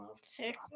Six